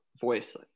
voice